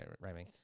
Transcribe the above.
rhyming